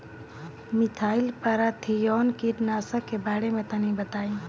Methyl parathion कीटनाशक के बारे में तनि बताई?